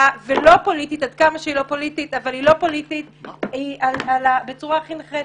ולא פוליטית עד כמה שהיא לא פוליטית בצורה הכי נחרצת,